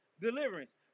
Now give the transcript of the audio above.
deliverance